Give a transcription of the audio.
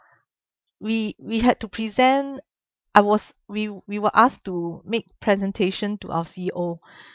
we we had to present I was we we were asked to make presentation to our C_E_O